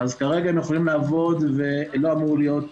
אז כרגע אנחנו יכולים לעבוד ולא אמורה להיות